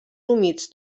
humits